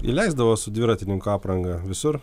įleisdavo su dviratininko apranga visur